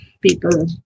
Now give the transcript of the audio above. people